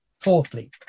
Fourthly